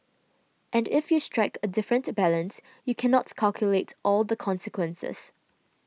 and if you strike a different balance you cannot calculate all the consequences